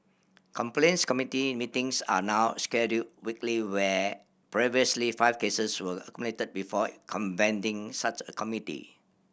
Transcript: complaints committee meetings are now scheduled weekly where previously five cases were accumulated before convening such a committee